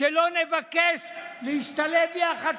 שלא נבקש להשתלב יחד,